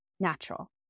Natural